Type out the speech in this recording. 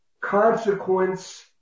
consequence